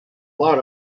lot